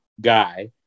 guy